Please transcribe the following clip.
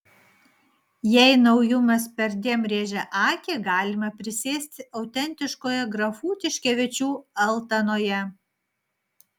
jei naujumas perdėm rėžia akį galima prisėsti autentiškoje grafų tiškevičių altanoje